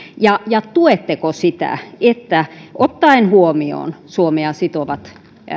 ja ja tuetteko sitä että ottaen huomioon suomea sitovat